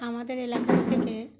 আমাদের এলাকা থেকে